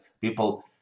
people